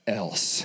else